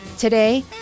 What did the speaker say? Today